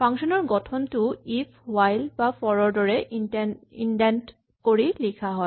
function ৰ গঠনটোও if while বা ফৰ ৰ দৰে ইন্ডেন্ট কৰি লিখা হয়